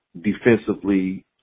defensively